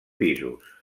pisos